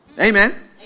Amen